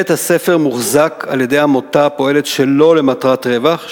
בית-הספר מוחזק על-ידי עמותה הפועלת שלא למטרת רווח,